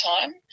time